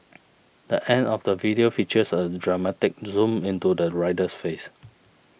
the end of the video features a dramatic zoom into the rider's face